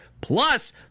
Plus